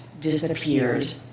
disappeared